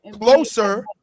closer